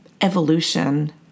evolution